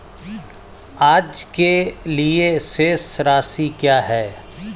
आज के लिए शेष राशि क्या है?